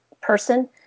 person